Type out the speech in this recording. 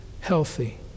healthy